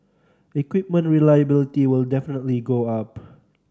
equipment reliability will definitely go up